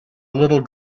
little